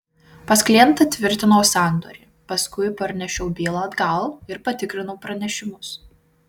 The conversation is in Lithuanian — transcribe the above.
pas klientą tvirtinau sandorį paskui parnešiau bylą atgal ir patikrinau pranešimus